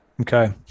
Okay